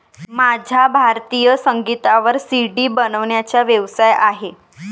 माझा भारतीय संगीतावर सी.डी बनवण्याचा व्यवसाय आहे